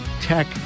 Tech